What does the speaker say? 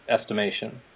estimation